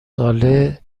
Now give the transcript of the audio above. ساله